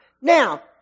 Now